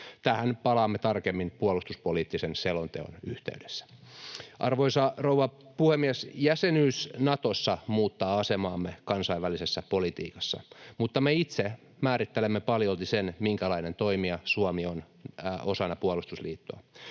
Tähän palaamme tarkemmin puolustuspoliittisen selonteon yhteydessä. Arvoisa rouva puhemies! Jäsenyys Natossa muuttaa asemaamme kansainvälisessä politiikassa, mutta me itse määrittelemme paljolti sen, minkälainen toimija Suomi on osana puolustusliittoa.